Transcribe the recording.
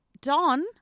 Don